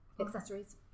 accessories